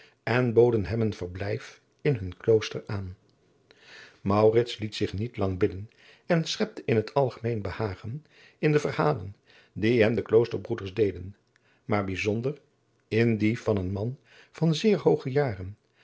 en boden hem een verblijf in hun klooster aan maurits liet zich niet lang bidden en schepte in t algemeen behagen in de verhalen die hem de kloosterbroeders deden maar bijzonder in die van een man van zeer hooge jaren